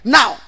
Now